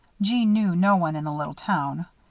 jeanne knew no one in the little town.